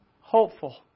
Hopeful